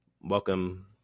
welcome